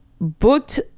booked